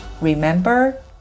Remember